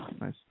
Nice